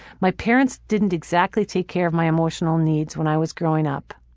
my parents didn't exactly take care of my emotional needs when i was growing up.